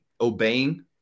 obeying